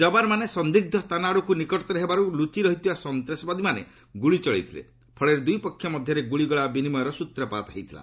ଯବାନମାନେ ସନ୍ଦିଗ୍ଧ ସ୍ଥାନ ଆଡ଼କୁ ନିକଟତର ହେବାରୁ ଲୁଚି ରହିଥିବା ସନ୍ତାସବାଦୀମାନେ ଗୁଳି ଚଳାଇବାରୁ ଦୁଇପକ୍ଷ ମଧ୍ୟରେ ଗୁଳିଗୋଳା ବିନିମୟର ସ୍ତ୍ରପାତ ହୋଇଥିଲା